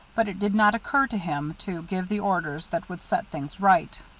but it did not occur to him to give the orders that would set things right.